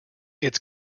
its